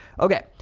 Okay